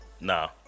Nah